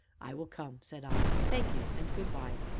i will come, said i thank you! and good-by!